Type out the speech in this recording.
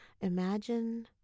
imagine